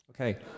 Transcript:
Okay